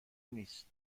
نیست